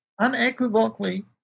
unequivocally